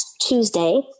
Tuesday